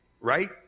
right